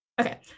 Okay